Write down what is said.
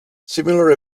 similar